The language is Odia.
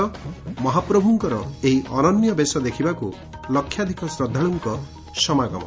ମହାପ୍ରଭୁଙ୍କର ଏହି ଅନନ୍ୟ ବେଶ ଦେଖିବାକୁ ଲକ୍ଷାଧିକ ଶ୍ରଦ୍ଧାଳୁଙ୍କ ସମାଗମ